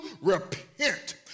repent